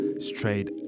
straight